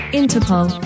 interpol